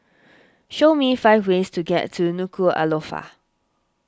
show me five ways to get to Nuku'alofa